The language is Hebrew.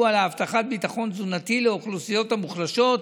להבטחת ביטחון תזונתי לאוכלוסיות המוחלשות,